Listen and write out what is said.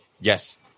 Yes